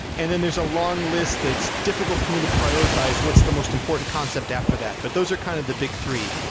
and then there's a long list that's difficult for me to prioritize what's the most important concept after. but those are kind of the big three.